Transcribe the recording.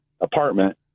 apartment